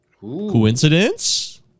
Coincidence